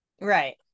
Right